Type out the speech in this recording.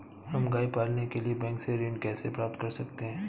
हम गाय पालने के लिए बैंक से ऋण कैसे प्राप्त कर सकते हैं?